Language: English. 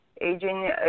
Aging